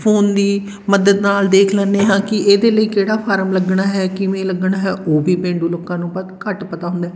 phone ਦੀ ਮਦਦ ਨਾਲ ਦੇਖ ਲੈਂਦੇ ਹਾਂ ਕਿ ਇਹਦੇ ਲਈ ਕਿਹੜਾ ਫਾਰਮ ਲੱਗਣਾ ਹੈ ਕਿਵੇਂ ਲੱਗਣਾ ਹੈ ਉਹ ਵੀ ਪੇਂਡੂ ਲੋਕਾਂ ਨੂੰ ਪ ਘੱਟ ਪਤਾ ਹੁੰਦਾ